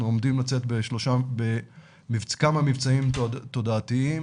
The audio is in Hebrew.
אנחנו עומדים לצאת בכמה מבצעים תודעתיים,